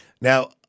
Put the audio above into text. Now